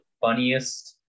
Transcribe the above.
funniest